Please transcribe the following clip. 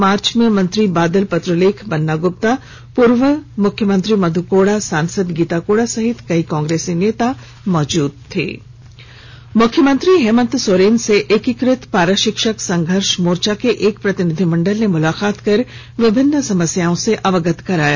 मार्च में मंत्री बादल पत्रलेखबन्ना गुप्ता पूर्व मुख्यमंत्री मधु कोड़ा सांसद गीता कोड़ा समेत कई कांग्रेसी नेता मौजूद थे पारा शिक्षक मुख्यमंत्री हेमन्त सोरेन से एकीकृत पारा शिक्षक संघर्ष मोर्चा के एक प्रतिनिधिमंडल ने मुलाकात कर विभिन्न समस्याओं से अवगत कराया